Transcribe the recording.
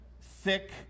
thick